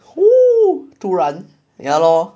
突然 yeah lor